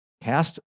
cast